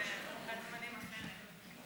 בזמנים אחרת.